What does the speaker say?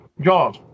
Jaws